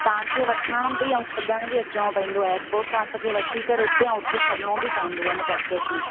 तव्हांखे वठणु बि ऐं छॾण बि अचिणो पवंदुव एरपोर्ट तां असांखे वठी करे उते ऐं उते छॾिणो बि पवंदुव इन पॅकेज में